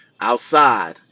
Outside